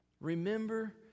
Remember